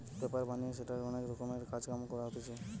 paper বানিয়ে সেটার অনেক রকমের কাজ কাম করা হতিছে